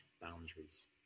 boundaries